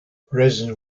resin